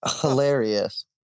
Hilarious